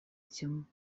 этим